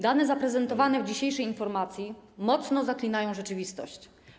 Dane zaprezentowane w dzisiejszej informacji mocno zaklinają rzeczywistość.